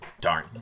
Darn